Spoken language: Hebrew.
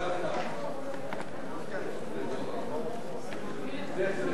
לשכת עורכי-הדין (תיקון מס' 35),